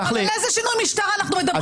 אבל על איזה שינוי משטר אנחנו מדברים?